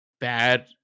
bad